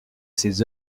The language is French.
ses